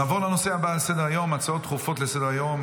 נעבור לנושא הבא על סדר-היום: הצעות דחופות לסדר-היום.